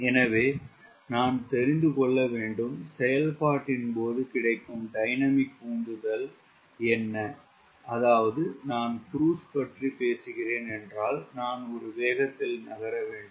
எனவே நான் தெரிந்து கொள்ள வேண்டும் செயல்பாட்டின் போது கிடைக்கும் டைனமிக் உந்துதல் என்ன அதாவது நான் க்ரூஸ் பற்றி பேசுகிறேன் என்றால் நான் ஒரு வேகத்தில் நகர வேண்டும்